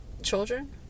children